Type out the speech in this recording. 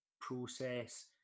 process